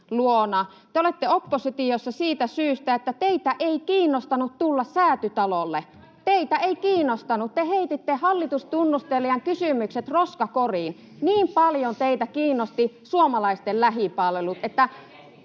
Te olette oppositiossa siitä syystä, että teitä ei kiinnostanut tulla Säätytalolle — teitä ei kiinnostanut. [Hanna Mattilan välihuuto] Te heititte hallitustunnustelijan kysymykset roskakoriin. Niin paljon teitä kiinnosti suomalaisten lähipalvelut,